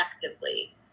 effectively